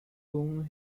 whom